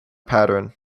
pattern